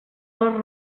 les